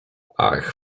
ach